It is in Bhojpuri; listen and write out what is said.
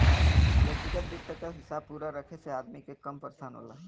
व्यग्तिगत वित्त क हिसाब पूरा रखे से अदमी कम परेसान होला